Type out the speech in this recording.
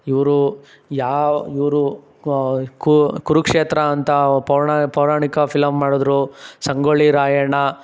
ಇವರು ಯಾವ ಇವರು ಕುರುಕ್ಷೇತ್ರ ಅಂತ ಪೌಣ ಪೌರಾಣಿಕ ಫಿಲಂ ಮಾಡಿದ್ರು ಸಂಗೊಳ್ಳಿ ರಾಯಣ್ಣ